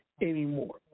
anymore